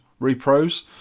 repros